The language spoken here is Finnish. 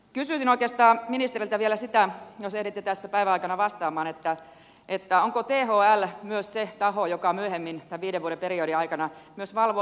kysyisin oikeastaan ministeriltä vielä sitä jos ehditte tässä päivän aikana vastaamaan onko thl se taho joka myöhemmin tämän viiden vuoden periodin aikana myös valvoo tätä laatua